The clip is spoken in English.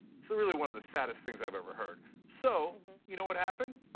so really one of the saddest things i have ever heard. so you know what happened?